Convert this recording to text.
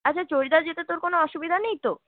আচ্ছা চরিদা যেতে তোর কোনও অসুবিধা নেই তো